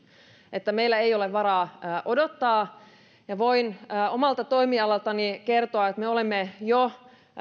että meillä ei ole varaa odottaa ja voin omalta toimialaltani kertoa että me olemme jo